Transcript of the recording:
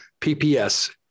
PPS